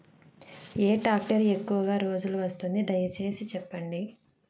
ఏ tractor ఎక్కువగా రోజులు వస్తుంది, దయసేసి చెప్పండి?